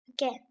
again